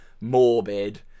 morbid